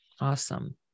Awesome